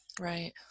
Right